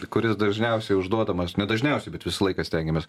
kuris dažniausiai užduodamas ne dažniausiai bet visą laiką stengiamės